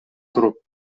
туруп